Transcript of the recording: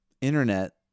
internet